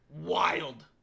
Wild